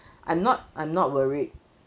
I'm not I'm not worried